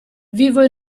vivo